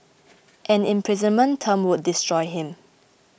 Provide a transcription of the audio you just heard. an imprisonment term would destroy him